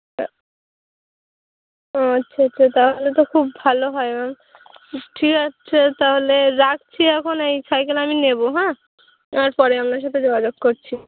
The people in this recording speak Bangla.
ও আচ্ছা আচ্ছা তাহলে তো খুব ভালো হয় ম্যাম ঠিক আছে তাহলে রাখছি এখন এই সাইকেল আমি নেব হ্যাঁ পরে আপনার সাথে যোগাযোগ করছি